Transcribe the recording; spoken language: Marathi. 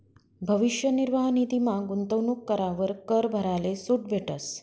भविष्य निर्वाह निधीमा गूंतवणूक करावर कर भराले सूट भेटस